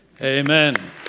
Amen